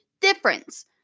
difference